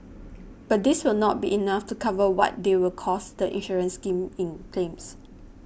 but this will not be enough to cover what they will cost the insurance scheme in claims